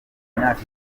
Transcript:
myaka